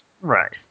Right